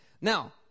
Now